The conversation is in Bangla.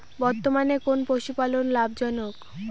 বর্তমানে কোন পশুপালন লাভজনক?